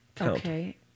Okay